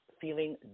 feeling